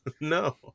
no